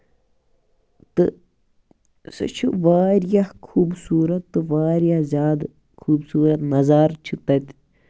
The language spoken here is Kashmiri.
تہٕ سُہ چھُ واریاہ خوٗبصوٗرت تہٕ واریاہ زیادٕ خوٗبصوٗرت نَظارٕ چھِ تَتہِ